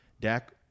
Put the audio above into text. Dak